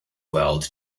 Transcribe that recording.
world